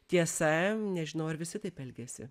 tiesa nežinau ar visi taip elgiasi